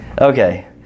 Okay